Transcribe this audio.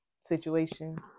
situation